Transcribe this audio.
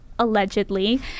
Allegedly